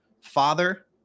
father